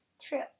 True